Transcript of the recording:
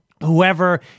Whoever